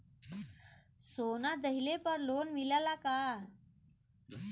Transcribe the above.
सोना दहिले पर लोन मिलल का?